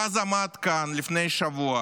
ואז עמד כאן לפני שבוע